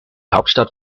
hauptstadt